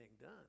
done